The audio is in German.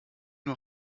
nur